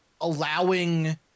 allowing